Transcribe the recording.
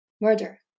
murder